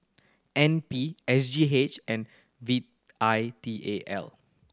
N P S G H and V I T A L